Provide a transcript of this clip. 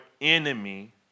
enemy